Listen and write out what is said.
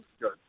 good